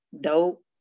dope